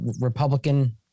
Republican